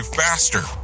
faster